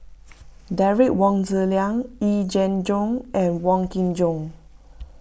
Derek Wong Zi Liang Yee Jenn Jong and Wong Kin Jong